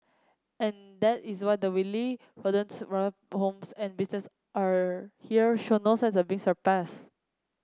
and that is why the wily rodents plaguing homes and businesses are here show no signs of being suppressed